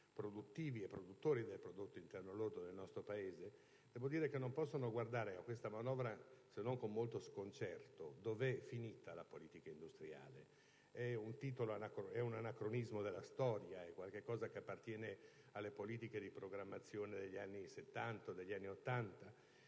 produttivi e produttori del prodotto interno lordo nel nostro Paese non può guardare a questa manovra se non con molto sconcerto. Dov'è finita la politica industriale? È un anacronismo della storia che appartiene alle politiche di programmazione degli anni Settanta e